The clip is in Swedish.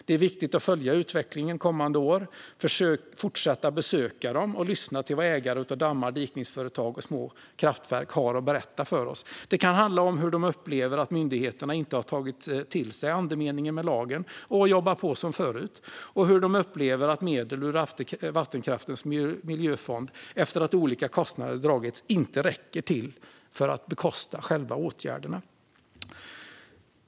Det är viktigt att följa utvecklingen under kommande år och att fortsätta besöka ägare av dammar, dikningsföretag och små kraftverk och lyssna till vad de har att berätta för oss. Det kan handla om hur de upplever att myndigheterna inte har tagit till sig andemeningen i lagen utan jobbar på som förut och om hur de upplever att medel ur vattenkraftens miljöfond, efter att olika kostnader har dragits, inte räcker till för att bekosta själva åtgärderna.